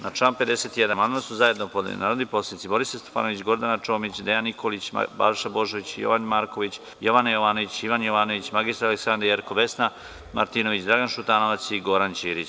Na član 51. amandman su zajedno podneli narodni poslanici Borislav Stefanović, Gordana Čomić, Dejan Nikolić, Balša Božović, Jovan Marković, Jovana Jovanović, Ivan Jovanović, mr Aleksandra Jerkov, Vesna Martinović, Dragan Šutanovac i Goran Ćirić.